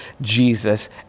jesus